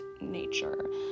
nature